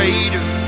Greater